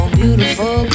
beautiful